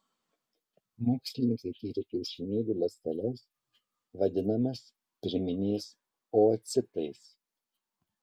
mokslininkai tyrė kiaušinėlių ląsteles vadinamas pirminiais oocitais